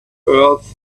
earth